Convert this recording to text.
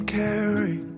carry